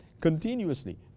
continuously